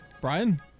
Brian